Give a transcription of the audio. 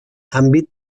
àmbit